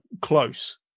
close